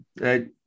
right